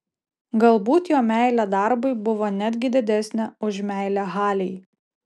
galbūt jo meilė darbui buvo netgi didesnė už meilę halei